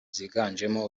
ziganjemo